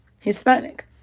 Hispanic